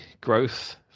growth